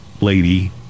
lady